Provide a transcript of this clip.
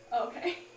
Okay